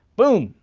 boom,